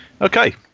Okay